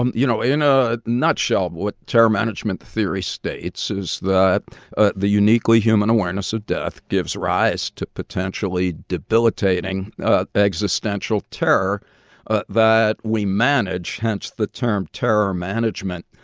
um you know, in a nutshell what terror management theory states is that ah the uniquely human awareness of death gives rise to potentially debilitating ah existential terror ah that we manage, hence the term terror management,